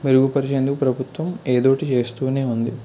మెరుగుపరిచేందుకు ప్రభుత్వం ఏదోకటి చేస్తూనే ఉంది